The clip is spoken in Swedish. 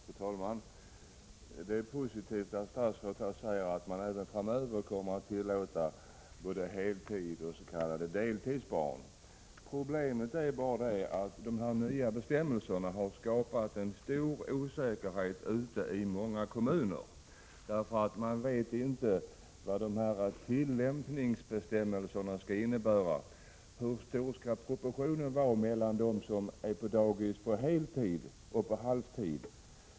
Fru talman! Det är positivt att statsrådet säger att man även framöver kommer att tillåta både heltidsoch deltidsbarn. Problemet är bara att de nya bestämmelserna har skapat en stor osäkerhet i många kommuner, eftersom man inte vet vad tillämpningsbestämmelserna innebär. Hur stor skall proportionen vara mellan dem som är på dagis på heltid resp. på halvtid?